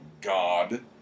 God